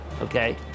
Okay